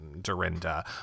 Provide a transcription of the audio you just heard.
Dorinda